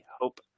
hope